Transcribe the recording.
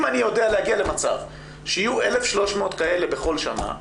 אם אני יודע להגיע למצב שיהיו 1,300 כאלה בכל שנה,